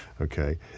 okay